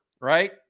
right